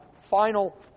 final